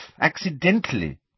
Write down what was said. accidentally